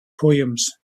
poems